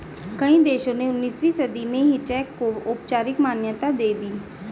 कई देशों ने उन्नीसवीं सदी में ही चेक को औपचारिक मान्यता दे दी